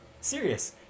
Serious